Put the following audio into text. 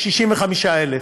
65,000,